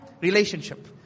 relationship